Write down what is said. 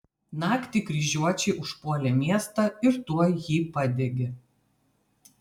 naktį kryžiuočiai užpuolė miestą ir tuoj jį padegė